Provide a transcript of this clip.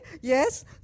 Yes